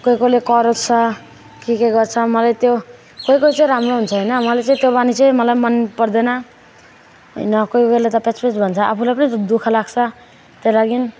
कोही कोहीले कराउँछ के के गर्छ मलाई त्यो कोही कोही चाहिँ राम्रो हुन्छ होइन मलाई चाहिँ त्यो बानी चाहिँ मलाई मन पर्दैन होइन कोही बेला त प्याच प्याच भन्छ आफूलाई पनि त दुःख लाग्छ त्यो लागि